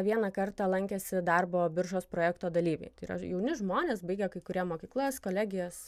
vieną kartą lankėsi darbo biržos projekto dalyviai tai yra jauni žmonės baigę kai kurie mokyklas kolegijas